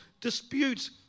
disputes